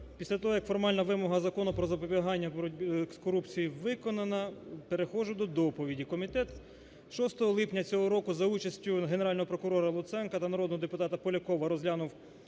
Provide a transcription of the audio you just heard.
після того як формальна вимога Закону "Про запобігання боротьби з корупцією" виконана переходжу до доповіді. Комітет 6 липня цього року за участю Генерального прокурора Луценка та народного депутата Полякова розглянув